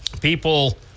people—